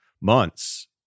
months